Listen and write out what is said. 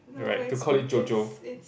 no it's it's it's